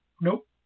Nope